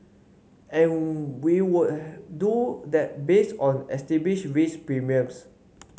and we would do that based on risk premiums